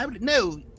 No